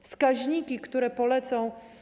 Wskaźniki, które polecą.